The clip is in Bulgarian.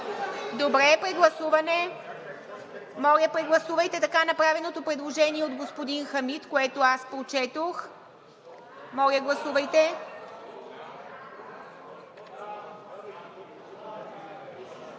Добре. Прегласуване! Моля, прегласувайте така направеното предложение от господин Хамид, което аз прочетох. Гласували